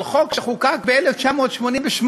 על חוק שחוקק ב-1988.